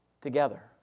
Together